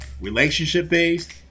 relationship-based